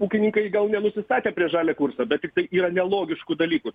ūkininkai gal nenusistatę prieš žalią kursą bet tiktai yra nelogiškų dalykų